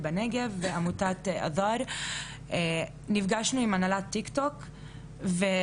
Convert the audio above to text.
והעלינו באמת את הצורך הזה בלהסתכל על הקונטקסט של הפוסט,